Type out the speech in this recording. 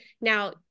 Now